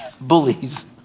bullies